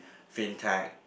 fintech